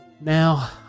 Now